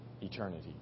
eternity